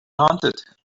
haunted